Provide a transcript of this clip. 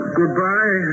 goodbye